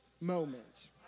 moment